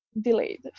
delayed